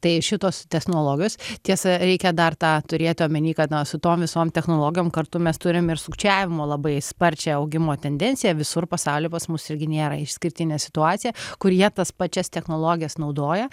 tai šitos technologijos tiesa reikia dar tą turėt omenyje kad na su tom visom technologijom kartu mes turim ir sukčiavimo labai sparčią augimo tendenciją visur pasauly pas mus irgi nėra išskirtinė situacija kur jie tas pačias technologijas naudoja